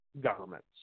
governments